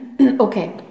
Okay